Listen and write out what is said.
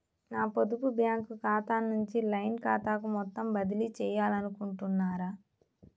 నా పొదుపు బ్యాంకు ఖాతా నుంచి లైన్ ఖాతాకు మొత్తం బదిలీ చేయాలనుకుంటున్నారా?